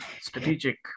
Strategic